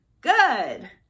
Good